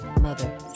Mother